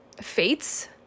fates